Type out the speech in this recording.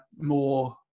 more